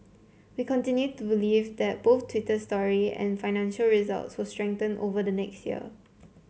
we continue to believe that both Twitter story and financial results will strengthen over the next year